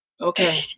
okay